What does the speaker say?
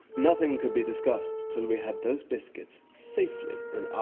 nothing could be discussed till we had those biscuits safely in our